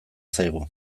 zaigu